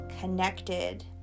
connected